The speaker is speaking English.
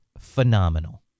phenomenal